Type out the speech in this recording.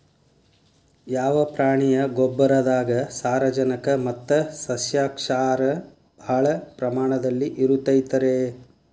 ಯಾವ ಪ್ರಾಣಿಯ ಗೊಬ್ಬರದಾಗ ಸಾರಜನಕ ಮತ್ತ ಸಸ್ಯಕ್ಷಾರ ಭಾಳ ಪ್ರಮಾಣದಲ್ಲಿ ಇರುತೈತರೇ?